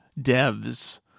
devs